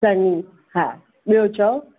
सन्ही हा ॿियो चयो